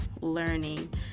learning